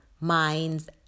minds